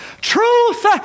Truth